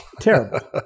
Terrible